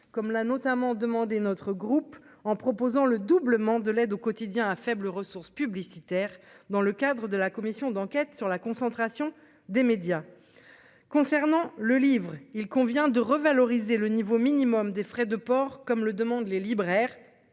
comme l'a notamment demandé notre groupe en proposant le doublement de l'aide aux quotidiens à faibles ressources publicitaires dans le cadre de la commission d'enquête sur la concentration des médias concernant le livre, il convient de revaloriser le niveau minimum des frais de port, comme le demandent les libraires